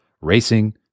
racing